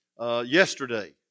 yesterday